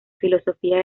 filosofía